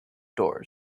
doors